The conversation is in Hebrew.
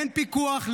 אין פיקוח,